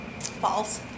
False